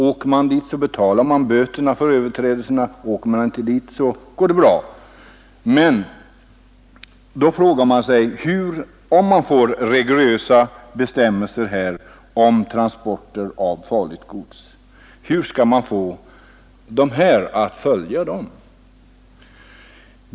Åker man fast så betalas böterna för överträdelserna, åker man inte fast så är allt gott och väl. Får vi rigorösa bestämmelser om transporter av farligt gods, hur skall vi då förmå dessa enbilsåkare att följa dem?